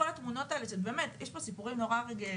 יש כאן סיפורים נוראיים,